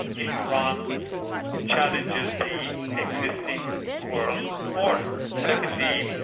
iran challenges the existing world order. secondly,